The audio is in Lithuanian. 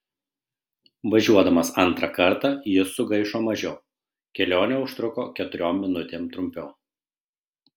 važiuodamas antrą kartą jis sugaišo mažiau kelionė užtruko keturiom minutėm trumpiau